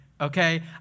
okay